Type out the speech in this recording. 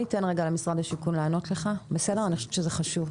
נאפשר למשרד השיכון, אני חושבת שזה חשוב.